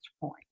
point